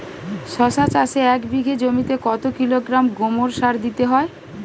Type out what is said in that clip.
শশা চাষে এক বিঘে জমিতে কত কিলোগ্রাম গোমোর সার দিতে হয়?